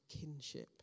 kinship